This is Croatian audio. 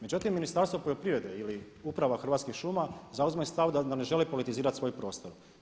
Međutim, Ministarstvo poljoprivrede ili uprava Hrvatskih šuma zauzima stav da ne želi politizirati svoj prostor.